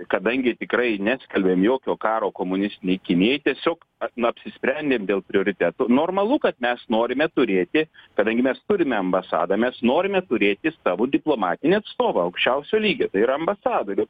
kadangi tikrai neskelbėm jokio karo komunistinei kinijai tiesiog na apsisprendėm dėl prioritetų normalu kad mes norime turėti kadangi mes turime ambasadą mes norime turėti savo diplomatinį atstovą aukščiausio lygio tai yra ambasadorių